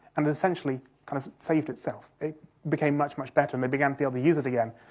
and essentially kind of saved itself, it became much, much better and they began to be able to use it again,